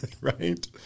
Right